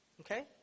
okay